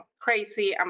crazy